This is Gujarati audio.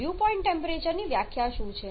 ડ્યૂ પોઇન્ટ ટેમ્પરેચરની વ્યાખ્યા શું છે